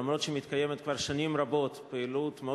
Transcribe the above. אף שמתקיימת כבר שנים רבות פעילות מאוד